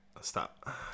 Stop